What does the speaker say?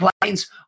planes